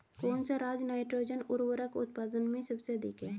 कौन सा राज नाइट्रोजन उर्वरक उत्पादन में सबसे अधिक है?